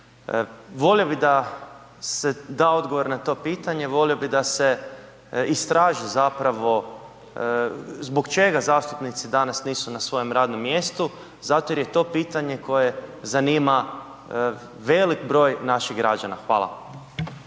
Volio bih da se da odgovor na to pitanje, bolio bih da se istraži zbog čega zastupnici danas nisu na svom radnom mjestu, zato jer je to pitanje koje zanima velik broj naših građana. Hvala.